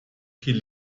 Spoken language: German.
viel